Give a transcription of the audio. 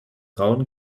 rauen